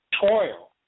toil